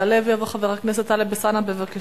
יעלה ויבוא חבר הכנסת טלב אלסאנע, בבקשה.